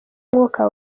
umwuka